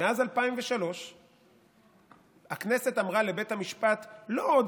מאז 2003 הכנסת אמרה לבית המשפט: לא עוד